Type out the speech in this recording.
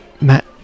Matt